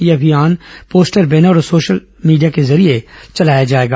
यह अभियान poster banner और सोशल मीडिया के जरिए चलाया जाएगा